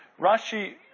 Rashi